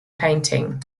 painting